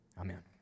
Amen